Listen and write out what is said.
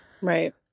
right